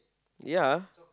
ya